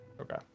Okay